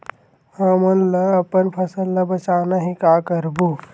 हमन ला अपन फसल ला बचाना हे का करबो?